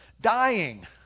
dying